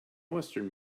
western